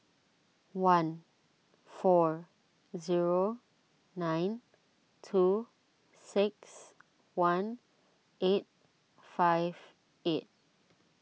one four zero nine two six one eight five eight